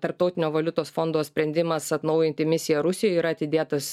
tarptautinio valiutos fondo sprendimas atnaujinti misiją rusijoj yra atidėtas